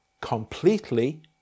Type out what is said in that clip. completely